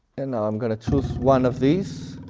and now i'm gonna choose one of these